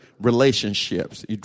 relationships